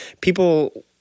people